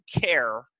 care